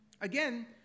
Again